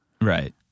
Right